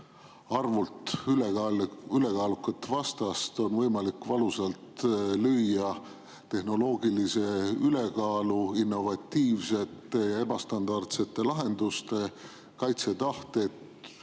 arvult ülekaalukat vastast on võimalik valusalt lüüa tehnoloogilise ülekaalu, innovatiivsete ja ebastandardsete lahenduste, metsiku kaitsetahte,